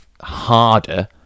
harder